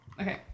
okay